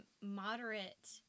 moderate